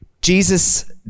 Jesus